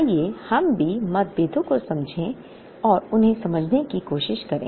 आइए हम भी मतभेदों को समझने और उन्हें समझने की कोशिश करें